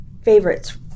favorites